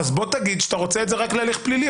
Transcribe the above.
אז בוא ותגיד שאתה רוצה את זה רק להליך פלילי,